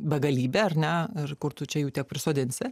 begalybė ar ne ir kur tu čia jų tiek prisodinsi